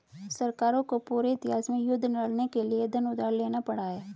सरकारों को पूरे इतिहास में युद्ध लड़ने के लिए धन उधार लेना पड़ा है